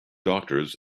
doctors